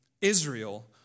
Israel